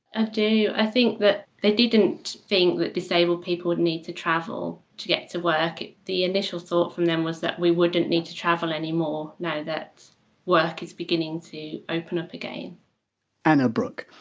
ah do, i think that they didn't think that disabled people would need to travel to get to work. the initial thought from them was that we wouldn't need to travel anymore now that work is beginning to open up again anna brook.